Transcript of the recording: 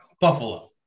Buffalo